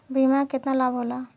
बीमा के केतना लाभ होला?